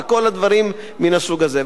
וכל הדברים מן הסוג הזה.